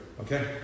Okay